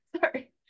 Sorry